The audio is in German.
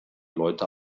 leute